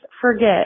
forget